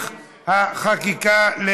התשע"ח 2018,